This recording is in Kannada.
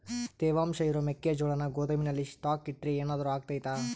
ತೇವಾಂಶ ಇರೋ ಮೆಕ್ಕೆಜೋಳನ ಗೋದಾಮಿನಲ್ಲಿ ಸ್ಟಾಕ್ ಇಟ್ರೆ ಏನಾದರೂ ಅಗ್ತೈತ?